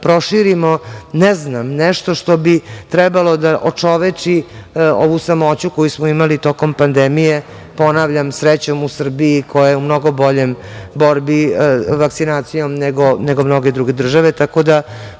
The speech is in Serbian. proširimo, ne znam, nešto što bi trebalo da očoveči ovu samoću koju smo imali tokom pandemije, ponavljam, srećom u Srbiji, koja je u mnogo bolja u borbi vakcinacijom nego mnoge druge države. Tako da,